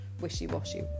wishy-washy